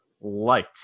Light